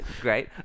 Great